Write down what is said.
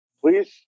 Please